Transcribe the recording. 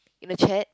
in the chat